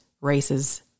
races